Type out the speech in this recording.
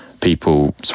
people